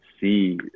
see